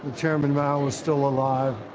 and chairman mao was still alive,